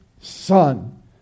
Son